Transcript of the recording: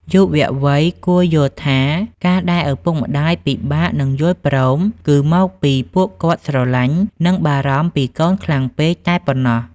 យុវវ័យគួរយល់ថា ការដែលឪពុកម្ដាយពិបាកនឹងយល់ព្រម គឺមកពីពួកគាត់ស្រឡាញ់ និងបារម្ភពីកូនខ្លាំងពេកតែប៉ុណ្ណោះ។